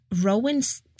Rowan's